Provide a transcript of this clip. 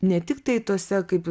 ne tiktai tose kaip